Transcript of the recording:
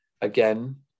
Again